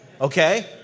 okay